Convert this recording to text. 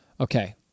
Okay